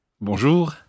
Bonjour